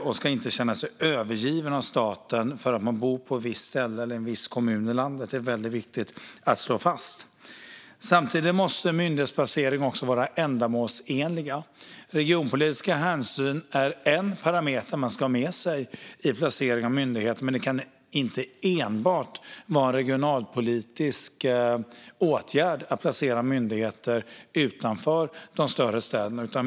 Man ska inte känna sig övergiven av staten för att man bor på ett visst ställe eller i en viss kommun i landet. Det är väldigt viktigt att slå fast det. Samtidigt måste myndighetsplaceringar vara ändamålsenliga. Regionpolitiska hänsyn är en parameter att ha med sig vid placering av myndigheter, men myndighetsplacering kan inte enbart vara en regionalpolitisk åtgärd för att få ut verksamhet utanför de större städerna.